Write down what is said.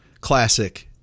Classic